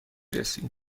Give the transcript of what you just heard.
رسی